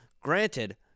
Granted